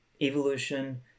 evolution